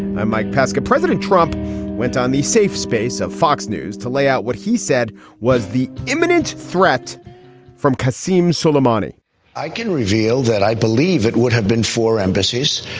i'm mike pesca. president trump went on the safe space of fox news to lay out what he said was the imminent threat from kaseem suleimani i can reveal that i believe it would have been for embassies,